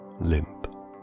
limp